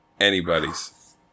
anybody's